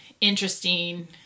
interesting